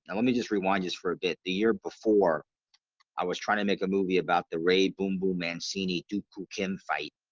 and let me just rewind this for a bit the year before i was trying to make a movie about the rey boom boom mancini dooku kim fight